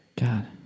God